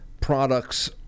products